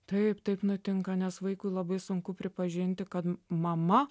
taip taip nutinka nes vaikui labai sunku pripažinti kad mama